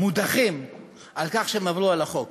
מודחים על כך שהם עברו על החוק.